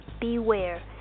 beware